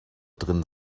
drin